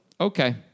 Okay